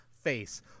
face